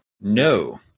No